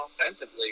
offensively